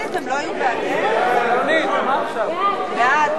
ההסתייגות לחלופין